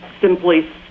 simply